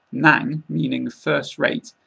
nang, meaning first-rate,